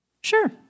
Sure